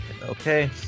Okay